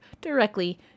directly